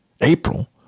April